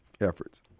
efforts